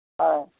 অঁ